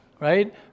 right